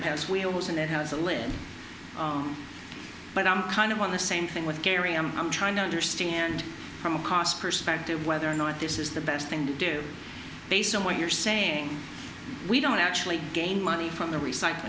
it has wheels and it has a lid but i'm kind of on the same thing with kerry i'm i'm trying to understand from a cost perspective whether or not this is the best thing to do based on what you're saying we don't actually gain money from the recycl